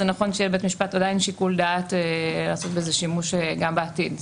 זה נכון שלבית המשפט יהיה עדיין שיקול דעת לעשות בזה שימוש גם בעתיד.